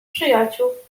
przyjaciół